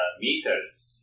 meters